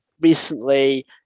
recently